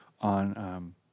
on